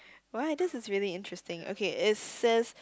why this is really interesting okay it says